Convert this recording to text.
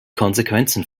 konsequenzen